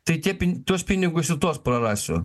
tai tie pin tuos pinigus ir tuos prarasiu